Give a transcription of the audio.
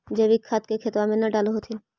जैवीक खाद के खेतबा मे न डाल होथिं?